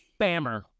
Bammer